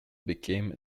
became